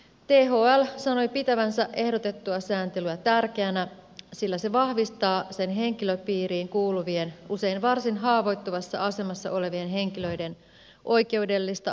thl sanoi pitävänsä ehdotettua sääntelyä tärkeänä sillä se vahvistaa sen henkilöpiiriin kuuluvien usein varsin haavoittuvassa asemassa olevien henkilöiden oikeudellista asemaa